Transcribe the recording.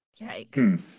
Yikes